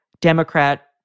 Democrat